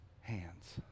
hands